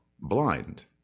blind